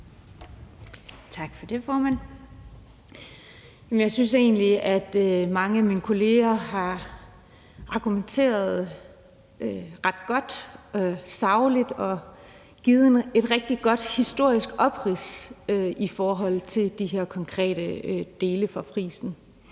Tak for det, formand. Jeg synes egentlig, at mange af mine kolleger har argumenteret ret godt og sagligt og givet et rigtig godt historisk oprids af de her konkrete dele fra frisen.